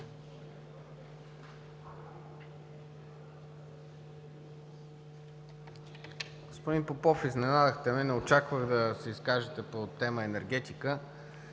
Господин Попов, изненадахте ме – не очаквах да се изкажете по тема „енергетика“.